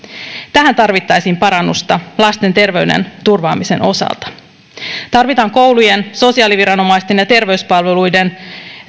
tähän tarvittaisiin parannusta lasten terveyden turvaamisen osalta koulujen sosiaaliviranomaisten ja terveyspalveluiden